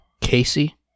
Casey